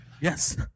Yes